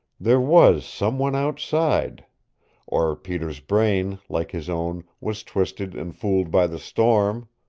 there was some one outside or peter's brain, like his own, was twisted and fooled by the storm!